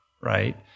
right